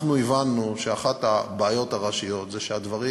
אנחנו הבנו שאחת הבעיות הראשיות זה שהדברים